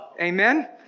Amen